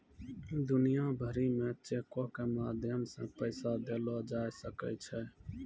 दुनिया भरि मे चेको के माध्यम से पैसा देलो जाय सकै छै